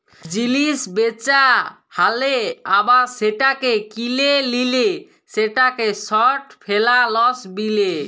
জিলিস বেচা হ্যালে আবার সেটাকে কিলে লিলে সেটাকে শর্ট ফেলালস বিলে